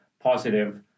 positive